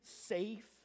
safe